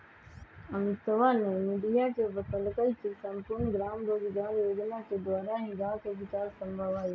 अमितवा ने मीडिया के बतल कई की सम्पूर्ण ग्राम रोजगार योजना के द्वारा ही गाँव के विकास संभव हई